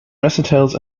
recitals